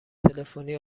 تلفنی